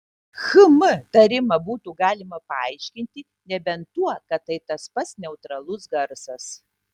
hm tarimą būtų galima paaiškinti nebent tuo kad tai tas pats neutralus garsas